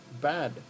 bad